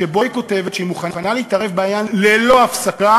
שבה היא כותבת שהיא מוכנה להתערב בעניין ללא הפסקה,